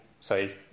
say